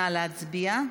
נא להצביע.